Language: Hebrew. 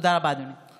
תודה רבה, אדוני.